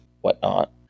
whatnot